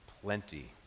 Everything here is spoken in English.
plenty